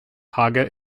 haga